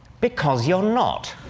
because you're not.